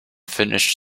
finished